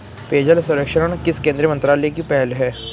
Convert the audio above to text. पेयजल सर्वेक्षण किस केंद्रीय मंत्रालय की पहल है?